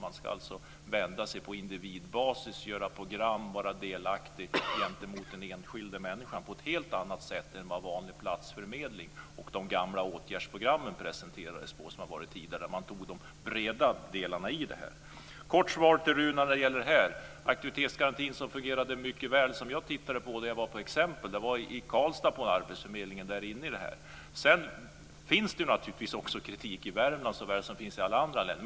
De ska arbeta på individbasis, göra program och vara delaktig gentemot den enskilda människan på ett helt annat sätt än vad vanlig platsförmedling innebar och hur de gamla åtgärdsprogrammen presenterades. Sedan har jag ett kort svar till Runar Patriksson. Exemplet på en fungerande aktivitetsgaranti var på Arbetsförmedlingen i Karlstad. Det finns naturligtvis kritik i Värmland precis som i andra län.